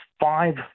five